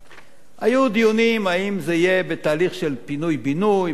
היו דיונים האם זה יהיה בתהליך של פינוי-בינוי וכדומה.